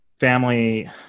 Family